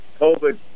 COVID